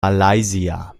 malaysia